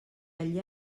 allí